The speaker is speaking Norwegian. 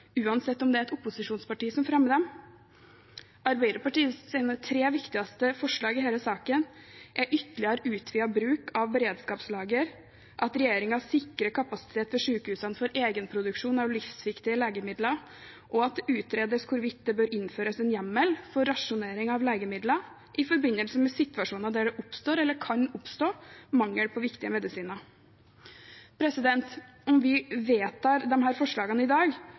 om det er et opposisjonsparti som fremmer dem. Arbeiderpartiets tre viktigste forslag i denne saken er ytterligere utvidet bruk av beredskapslager at regjeringen sikrer kapasitet ved sykehusene for egenproduksjon av livsviktige legemidler at det utredes hvorvidt det bør innføres en hjemmel for rasjonering av legemidler i forbindelse med situasjoner der det oppstår eller kan oppstå mangel på viktige medisiner Om vi vedtar disse forslagene i dag,